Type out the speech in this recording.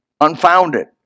unfounded